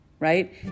right